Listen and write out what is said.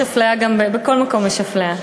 בכל מקום יש אפליה.